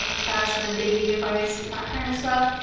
fashion, and dating advice, that kind of stuff,